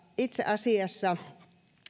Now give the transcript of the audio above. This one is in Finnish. itse asiassa